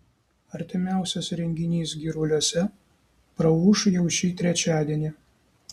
artimiausias renginys giruliuose praūš jau šį trečiadienį